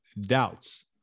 doubts